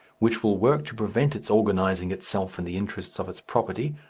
which will work to prevent its organizing itself in the interests of its property,